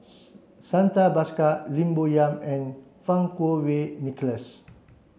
Santha Bhaskar Lim Bo Yam and Fang Kuo Wei Nicholas